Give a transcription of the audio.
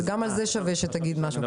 אז גם על זה כדאי שתגיד משהו.